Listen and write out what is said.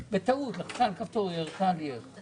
ישב זה שאחראי על הקריטריונים במשרד המשפטים